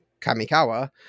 Kamikawa